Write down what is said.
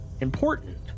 important